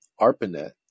ARPANET